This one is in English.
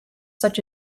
such